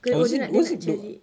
ke oh dia nak dia nak cari